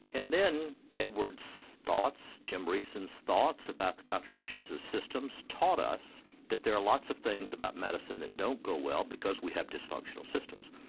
and then edwards' thoughts, jim reason's thoughts about the contributions of systems taught us that there are lots of things about medicine that don't go well because we have dysfunctional systems.